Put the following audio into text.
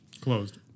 Closed